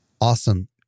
awesome